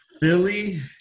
Philly